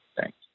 Thanks